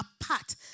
apart